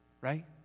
right